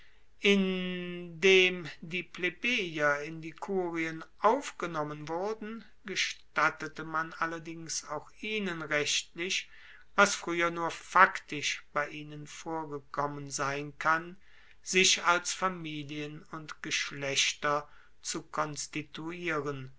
die plebejer in die kurien aufgenommen wurden gestattete man allerdings auch ihnen rechtlich was frueher nur faktisch bei ihnen vorgekommen sein kann sich als familien und geschlechter zu konstituieren